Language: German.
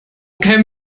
kämen